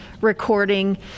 recording